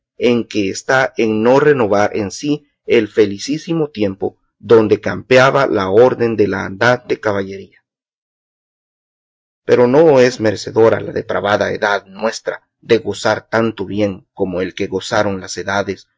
en que está en no renovar en sí el felicísimo tiempo donde campeaba la orden de la andante caballería pero no es merecedora la depravada edad nuestra de gozar tanto bien como el que gozaron las edades